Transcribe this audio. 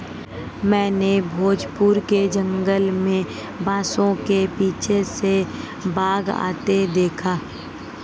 मैंने भोजपुर के जंगल में बांसों के पीछे से बाघ आते देखा